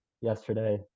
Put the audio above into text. yesterday